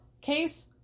case